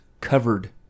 covered